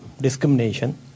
discrimination